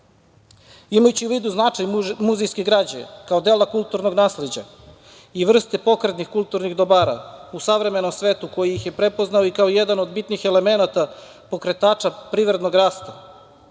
zemlje. Imajući u vidu značaj muzejske građe, kao dela kulturnog nasleđa i vrste pokretnih kulturnih dobara u savremenom svetu koji ih je prepoznao i kao jedan od bitnih elemenata pokretača privrednog rasta,